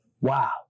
Wow